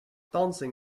dancing